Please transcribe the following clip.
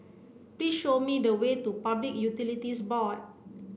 please show me the way to Public Utilities Board